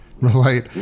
relate